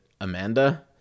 Amanda